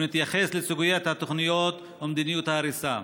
ונתייחס לסוגיית התוכניות ומדיניות ההריסה.